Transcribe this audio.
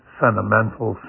sentimental